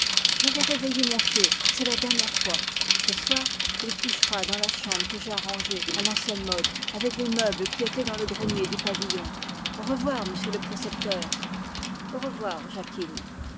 je vais réveiller mon fieu c'est la dernière fois ce soir il couchera dans la chambre que j'ai arrangée à l'ancienne mode avec les meubles qui étaient dans le grenier du pavillon au revoir monsieur le précepteur au revoir jacquine